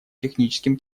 техническим